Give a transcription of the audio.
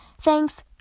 Thanks